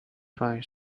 five